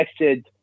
texted